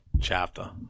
chapter